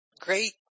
great